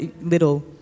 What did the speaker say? little